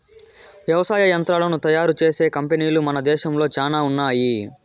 వ్యవసాయ యంత్రాలను తయారు చేసే కంపెనీలు మన దేశంలో చానా ఉన్నాయి